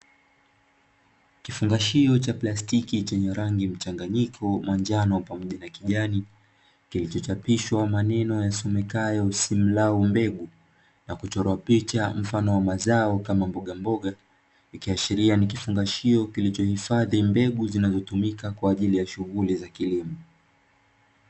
Kifungashio cha plastiki chenye rangi mchanganyiko manjano pamoja na kijani, kilichochapishwa maneno yasomekayo "Usimlaw mbegu" na kuchorwa picha mfano wa mazao kama mbogamboga, ikiashiria ni kifungashio kilichohifadhi mbegu zinazotumika kwa ajili ya shughuli za kilimo.